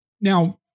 Now